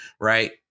right